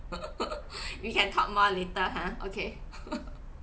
we can talk more later ha okay